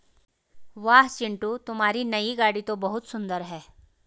वाह चिंटू तुम्हारी नई गाड़ी तो बहुत सुंदर है